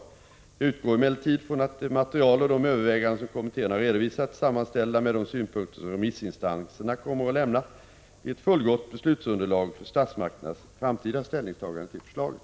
Jag utgår emellertid från att det material och de överväganden som kommittén har redovisat sammanställda med de synpunkter som remissinstanserna kommer att lämna blir ett fullgott beslutsunderlag för statsmakternas framtida ställningstaganden till förslagen.